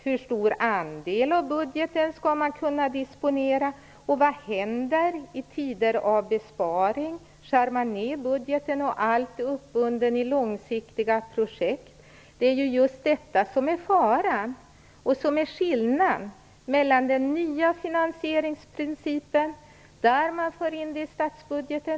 Hur stor andel av budgeten skall man kunna disponera, och vad händer i tider av besparingar? Skär man ned på budgeten när allt är uppbundet i långsiktiga projekt? Just detta är en fara. Häri ligger skillnaden med den nya finansieringsprincipen, enligt vilken finansieringen tas in i statsbudgeten.